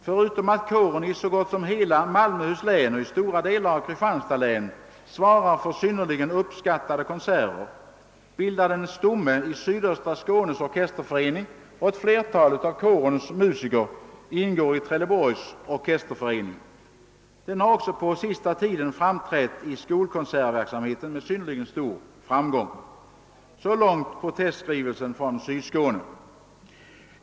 Förutom att kåren i så gott som hela Malmöhus” län och i stora delar av Kristianstads län svarar för synnerligen uppskattade konserter, bildar den stomme i Sydöstra Skånes orkesterförening och ett flertal av kårens musiker ingår i Trelleborgs orkesterförening. Den har också på sista tiden framträtt i skolkonsertverksamheten med synnerligen stor framgång...» Så långt protestskrivelsen från Sydskåne.